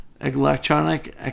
Electronic